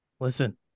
Listen